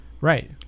Right